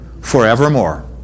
forevermore